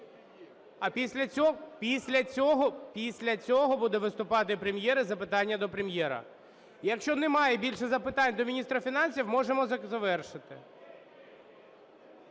а після цього буде виступати Прем'єр і запитання до Прем'єра. Якщо немає більше запитань до міністра фінансів, можемо завершити.